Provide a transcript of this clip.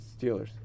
Steelers